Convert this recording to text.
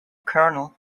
colonel